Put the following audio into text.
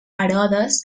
herodes